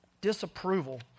Disapproval